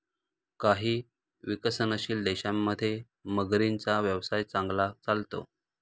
काही विकसनशील देशांमध्ये मगरींचा व्यवसाय चांगला चालतो